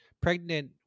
pregnant